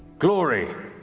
glory,